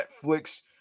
Netflix